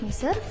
sir